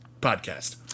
Podcast